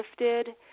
lifted